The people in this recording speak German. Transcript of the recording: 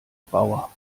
bauer